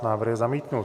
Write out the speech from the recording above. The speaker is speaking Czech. Návrh je zamítnut.